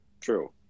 true